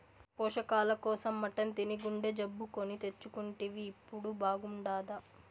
పోషకాల కోసం మటన్ తిని గుండె జబ్బు కొని తెచ్చుకుంటివి ఇప్పుడు బాగుండాదా